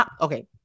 Okay